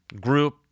group